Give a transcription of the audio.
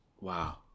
wow